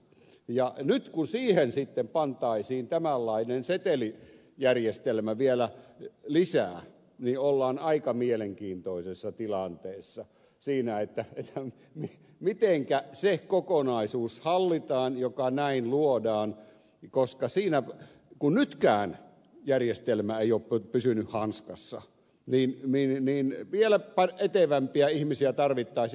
ja nyt kun siihen sitten pantaisiin tämänlainen setelijärjestelmä vielä lisää niin ollaan aika mielenkiintoisessa tilanteessa siinä mitenkä se kokonaisuus hallitaan joka näin luodaan koska kun nytkään järjestelmä ei ole pysynyt hanskassa niin vielä etevämpiä ihmisiä tarvittaisiin